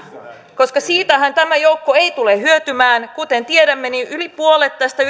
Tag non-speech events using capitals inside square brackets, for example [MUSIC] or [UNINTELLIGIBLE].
koska siitähän tämä joukko ei tule hyötymään kuten tiedämme niin yli puolet tästä [UNINTELLIGIBLE]